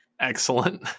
excellent